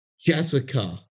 jessica